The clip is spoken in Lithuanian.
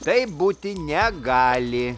taip būti negali